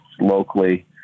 locally